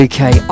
Okay